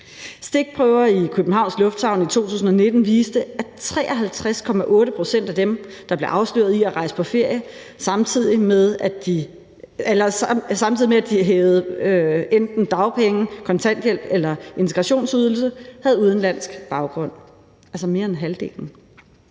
Stikprøver i Københavns Lufthavn i 2019 viste, at 53,8 pct. af dem, der blev afsløret i at rejse på ferie, samtidig med at de hævede enten dagpenge, kontanthjælp eller integrationsydelse, havde udenlandsk baggrund, altså mere end halvdelen.